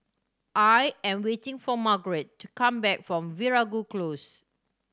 I am waiting for Margarett to come back from Veeragoo Close